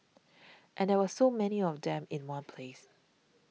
and there were so many of them in one place